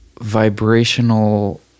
vibrational